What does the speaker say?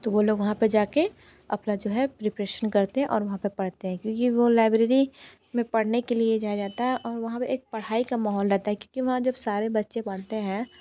तो वो लोग वहाँ पे जाके अपना जो है प्रिपरेशन करते हैं और वहाँ पे पढ़ते हैं क्योंकि वो लाइब्रेरी में पढ़ने के लिए जाया जाता है और वहाँ पे एक पढ़ाई का माहौल रहता है कि क्योंकि वहाँ पर जब सारे बच्चे पढ़ते है